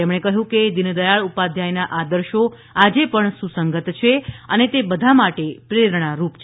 તેમણે કહ્યું દીનદયાળ ઉપાધ્યાયના આદર્શો આજે પણ સુસંગત છે અને તે બધા માટે પ્રેરણારૂપ છે